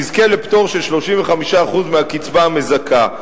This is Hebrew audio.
תזכה לפטור של 35% מהקצבה המזכה,